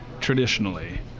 traditionally